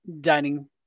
dining